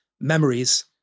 memories